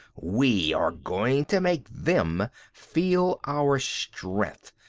we are going to make them feel our strength.